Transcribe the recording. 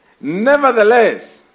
Nevertheless